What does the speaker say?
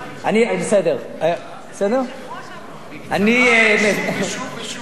שוב ושוב ושוב.